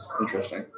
interesting